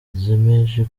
zemeje